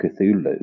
Cthulhu